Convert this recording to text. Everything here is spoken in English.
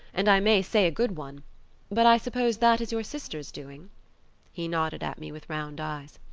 and i may say a good one but i suppose that is your sister's doing he nodded at me with round eyes.